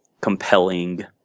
compelling